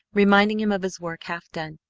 reminding him of his work half done,